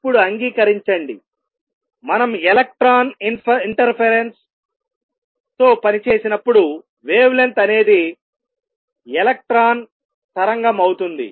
ఇప్పుడు అంగీకరించండిమనం electron interference జోక్యం తో పనిచేసేటప్పుడు వేవ్ లెంగ్త్ అనేది ఎలక్ట్రాన్ తరంగం అవుతుంది